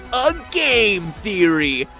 ah game theory!